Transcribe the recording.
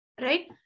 right